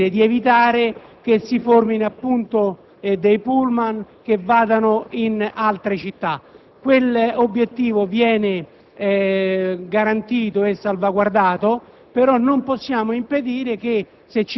fosse quello di impedire che si formino dei pullman che vadano in altre città. Questo obiettivo viene garantito e salvaguardato,